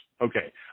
Okay